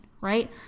right